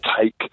take